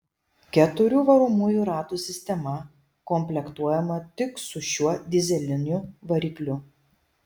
keturių varomųjų ratų sistema komplektuojama tik su šiuo dyzeliniu varikliu